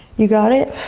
you got it,